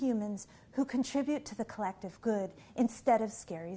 humans who contribute to the collective good instead of scary